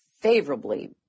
favorably